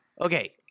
Okay